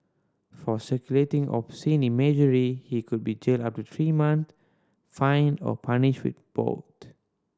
for circulating obscene imagery he could be jailed up to three months fined or punished with both